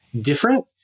different